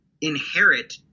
inherit